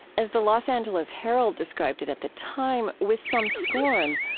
as the los angeles herald described it at the time, with some scorn,